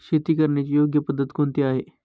शेती करण्याची योग्य पद्धत कोणती आहे?